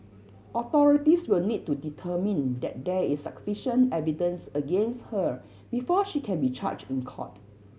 authorities will need to determine that there is sufficient evidence against her before she can be charged in court